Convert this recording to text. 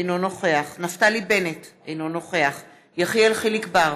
אינו נוכח נפתלי בנט, אינו נוכח יחיאל חיליק בר,